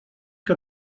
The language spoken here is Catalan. que